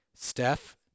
Steph